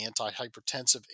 antihypertensive